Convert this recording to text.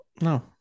No